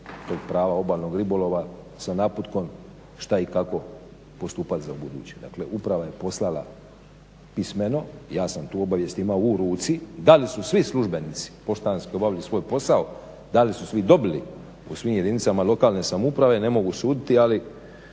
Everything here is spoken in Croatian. tog prava obalnog ribolova sa naputkom šta i kako postupat za u buduće. Dakle, uprava je poslala pismeno. Ja sam tu obavijest imao u ruci. Da li su svi službenici poštanski obavili svoj posao, da li su svi dobili u svim jedinicama lokalne samouprave ne mogu suditi, ali